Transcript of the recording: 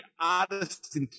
artists